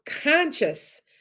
conscious